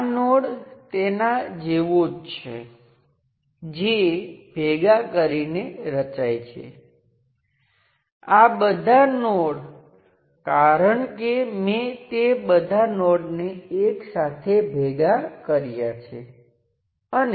હવે t1 ની કિંમતને ધ્યાનમાં લીધા વિના આ સાચું છે કારણ કે Vth અને ith એ ફક્ત n ના ગુણધર્મો છે